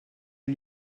est